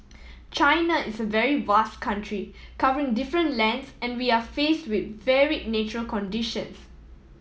China is a very vast country covering different lands and we are faced with vary natural conditions